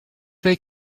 they